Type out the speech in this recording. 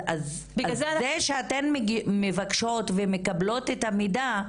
אז זה שאתן מבקשות ומקבלות את המידע,